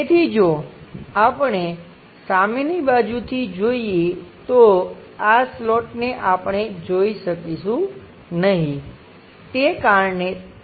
તેથી જો આપણે સામેની બાજુથી જોઈએ તો આ સ્લોટને આપણે જોઈ શકીશું નહીં તે કારણે ત્યાં આ ડેશ લાઈન છે